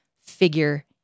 figure